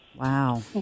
Wow